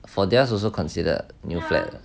for theirs also consider new flat ah